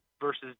versus